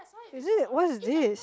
is it what is this